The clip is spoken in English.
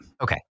Okay